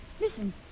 Listen